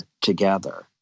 together